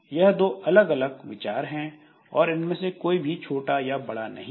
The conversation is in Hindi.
यह दो अलग अलग विचार हैं और इनमें से कोई भी छोटा या बड़ा नहीं है